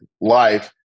life